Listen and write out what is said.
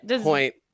point